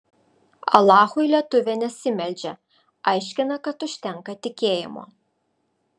alachui lietuvė nesimeldžia aiškina kad užtenka tikėjimo